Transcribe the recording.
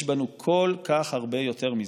יש בנו כל כך הרבה יותר מזה.